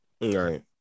Right